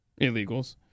illegals